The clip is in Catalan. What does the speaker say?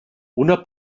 una